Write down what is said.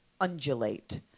undulate